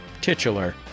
titular